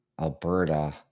Alberta